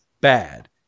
bad